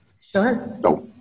Sure